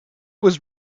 was